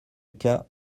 cas